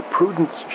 Prudence